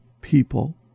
people